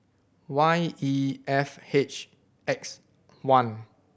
Y E F H X one